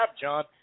John